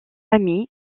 amis